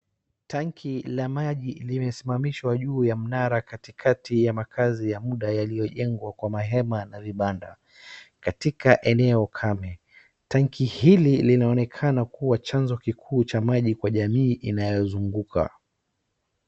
Tanki la maji limesimamishwa juu ya mnara katikati ya makaazi ya muda yaliyojengwa kwa mahema na vibanda katika eneo kame. Tanki hili linaonekana kuwa chanzo kikuu cha maji kwa jamii inayozunguka.